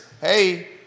Hey